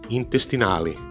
intestinali